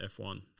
F1